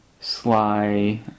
Sly